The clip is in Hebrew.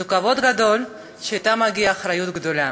זה כבוד גדול שאתו מגיעה אחריות גדולה,